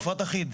מפרט אחיד.